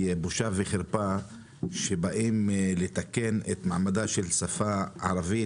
יהיה בושה וחרפה שבאים לתקן את מעמדה של שפה ערבית,